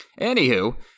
Anywho